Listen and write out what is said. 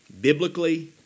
Biblically